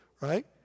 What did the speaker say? right